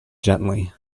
gently